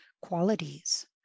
qualities